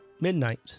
midnight